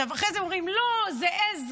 אחרי זה אומרים: לא, זה עז.